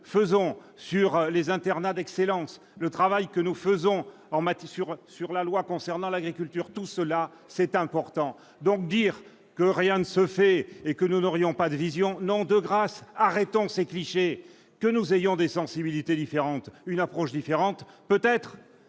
menons sur les internats d'excellence, celui que nous accomplissons sur la loi concernant l'agriculture, tout cela est important ! Dire que rien ne se fait et que nous n'aurions aucune vision n'est pas vrai. De grâce, arrêtons ces clichés ! Que nous ayons des sensibilités différentes, une approche différente, peut-être